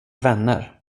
vänner